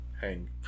hang